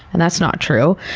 and that's not true.